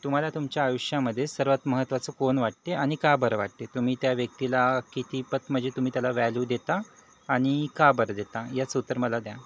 तुम्हाला तुमच्या आयुष्यामध्ये सर्वात महत्वाचं कोण वाटते आणि का बरं वाटते तुम्ही त्या व्यक्तीला कितपत म्हणजे तुम्ही त्याला वॅल्यू देता आणि का बरं देता याचं उत्तर मला द्या